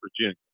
Virginia